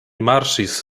marŝis